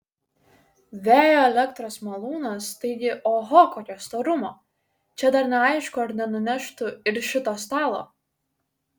vėjo elektros malūnas taigi oho kokio storumo čia dar neaišku ar nenuneštų ir šito stalo